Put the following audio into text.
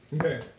Okay